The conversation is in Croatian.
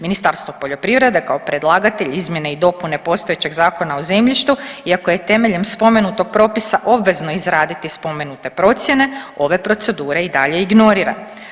Ministarstvo poljoprivrede kao predlagatelj izmjene i dopune postojećeg Zakona o zemljištu iako je temeljem spomenutog propisa obvezno izraditi spomenute procjene, ove procedure i dalje ignorira.